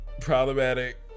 Problematic